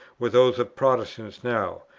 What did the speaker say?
were those of protestants now.